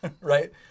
right